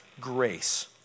grace